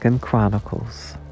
Chronicles